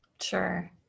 Sure